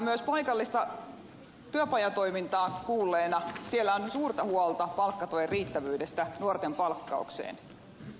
myös paikallista työpajatoimintaa kuulleena tiedän että siellä on suurta huolta palkkatuen riittävyydestä nuorten palk kaukseen